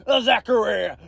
Zachary